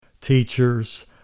Teachers